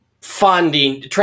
funding